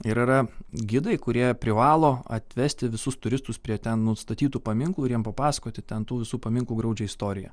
ir yra gidai kurie privalo atvesti visus turistus prie ten nustatytų paminklų jiem papasakoti ten tų visų paminklų graudžią istoriją